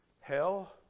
Hell